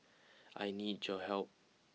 I need your help